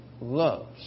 loves